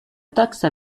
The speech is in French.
taxe